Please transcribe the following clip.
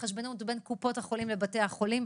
ההתחשבנות בין קופות החולים לבתי החולים,